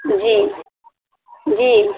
جی جی